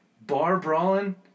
bar-brawling